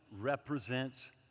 represents